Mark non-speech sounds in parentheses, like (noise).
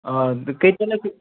অঁ কেইটালৈ (unintelligible)